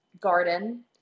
garden